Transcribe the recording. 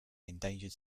endangered